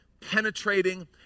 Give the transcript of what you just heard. penetrating